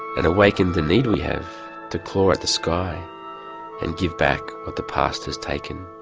and awakened the need we have to claw at the sky and give back what the past has taken.